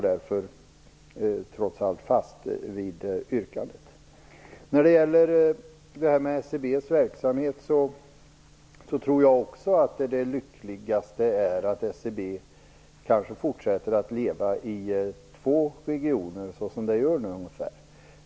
Därför står jag fast vid mitt yrkande. Jag tror också att det är bäst att SCB fortsätter att leva i två regioner, som nu ungefär.